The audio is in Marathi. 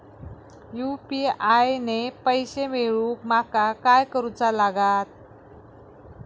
यू.पी.आय ने पैशे मिळवूक माका काय करूचा लागात?